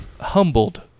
Humbled